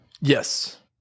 Yes